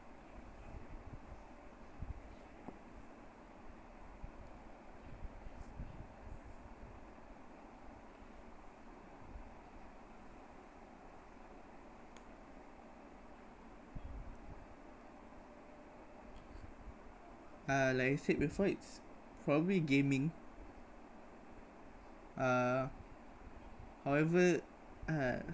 uh like I said before it's probably gaming uh however uh